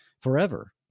forever